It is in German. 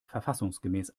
verfassungsgemäß